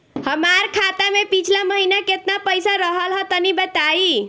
हमार खाता मे पिछला महीना केतना पईसा रहल ह तनि बताईं?